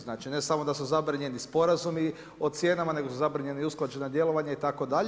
Znači ne samo da su zabranjeni sporazumi o cijenama, nego su zabranjeni i usklađena djelovanja itd.